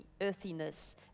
earthiness